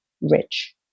rich